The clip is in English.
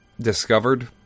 discovered